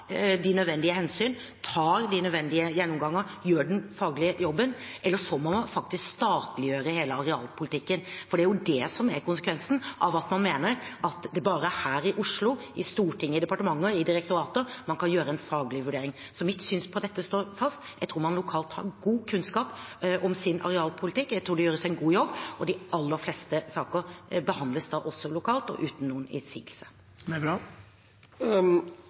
de nødvendige hensyn, tar de nødvendige gjennomganger, gjør den faglige jobben, eller så må man statliggjøre hele arealpolitikken. Det er det som er konsekvensen av at man mener at det bare er her i Oslo – i Stortinget, i departementer og i direktorater – man kan gjøre en faglig vurdering. Mitt syn på dette står fast. Jeg tror man lokalt har god kunnskap om sin arealpolitikk. Jeg tror det gjøres en god jobb. De aller fleste saker behandles lokalt – og uten noen innsigelser.